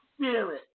spirit